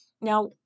Now